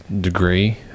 degree